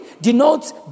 denotes